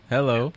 Hello